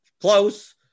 close